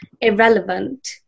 irrelevant